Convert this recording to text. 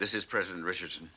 this is president richardson